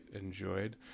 enjoyed